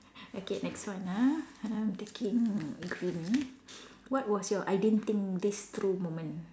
okay next one ah I'm taking green what was your I didn't think this through moment